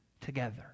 together